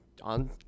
on